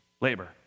labor